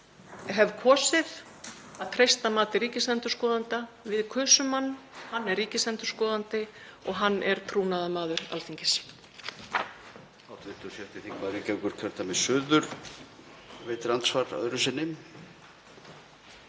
hef kosið að treysta mati ríkisendurskoðanda. Við kusum hann, hann er ríkisendurskoðandi og hann er trúnaðarmaður Alþingis.